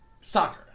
Soccer